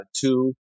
two